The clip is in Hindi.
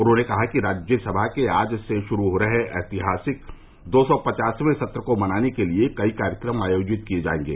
उन्होंने कहा कि राज्यसभा के आज से शुरू हो रहे ऐतिहासिक दो सौ पचासवे सत्र को मनाने के लिए कई कार्यक्रम आयोजित किए जाएंगे